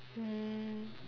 mm